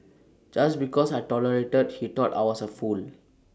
just because I tolerated he thought I was A fool